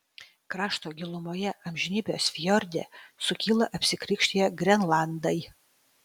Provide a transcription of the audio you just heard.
krašto gilumoje amžinybės fjorde sukyla apsikrikštiję grenlandai